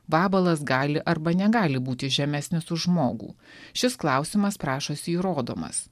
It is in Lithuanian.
vabalas gali arba negali būti žemesnis už žmogų šis klausimas prašosi įrodomas